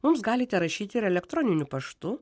mums galite rašyti ir elektroniniu paštu